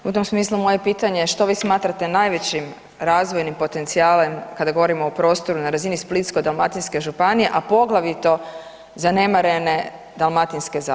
U tom smislu moje pitanje, što vi smatrate najvećim razvojnim potencijalom kada govorimo o prostoru na razini Splitsko-dalmatinske županije, a poglavito zanemarene Dalmatinske zagore?